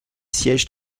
sièges